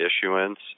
issuance